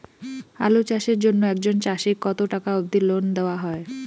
আলু চাষের জন্য একজন চাষীক কতো টাকা অব্দি লোন দেওয়া হয়?